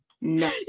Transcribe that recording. No